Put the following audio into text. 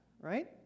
Right